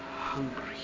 hungry